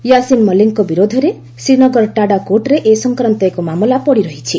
ୟାସିନ୍ ମଲିକଙ୍କ ବିରୋଧରେ ଶ୍ରୀନଗର ଟାଡା କୋର୍ଟରେ ଏ ସଂକ୍ରାନ୍ତ ଏକ ମାମଲା ପଡ଼ିରହିଛି